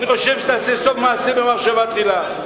סוף מעשה במחשבה תחילה.